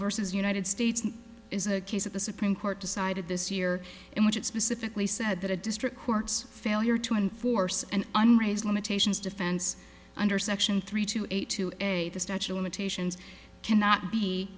versus united states is a case of the supreme court decided this year in which it specifically said that a district court's failure to enforce an unraised limitations defense under section three to eight to a the statue of limitations cannot be